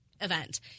event